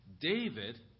David